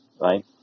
right